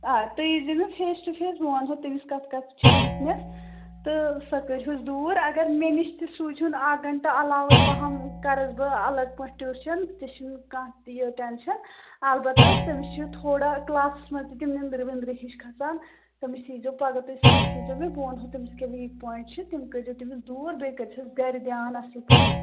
آ تُہۍ ییٖزیٚو مےٚ فیس ٹُو فیس بہٕ وَنہو تٔمِس کَتھ کَتھ چھِ ویٖکنٮ۪س تہٕ سۄ کٔرۍ ہوٗس دوٗر اگر مےٚ نِش تہِ سوٗزہوٗن اَکھ گَنٹہٕ علاوَے پَہَم کَرٕس بہٕ الگ پٲٹھۍ ٹیٛوٗشَن تہِ چھُنہٕ کانٛہہ تہِ یہِ ٹٮ۪نشَن البتہ تٔمِس چھِ تھوڑا کٕلاسَس منٛز تہِ تِم نٮ۪نٛدرٕ وِٮ۪نٛدرٕ ہِش کھَسان تٔمِس ییٖزیٚو پگاہ تُہۍ سَمکھِ زیٚو مےٚ بہٕ وَنہو تٔمِس کیٛاہ ویٖک پوایِنٛٹ چھِ تِم کٔرِو تٔمِس دوٗر بیٚیہِ کٔرۍزِہوس گَرِ دیان اَصٕل پٲٹھۍ